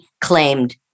claimed